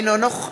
אינו נוכח